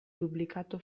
pubblicato